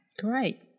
Great